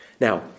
Now